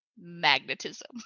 Magnetism